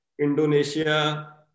Indonesia